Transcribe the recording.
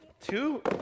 Two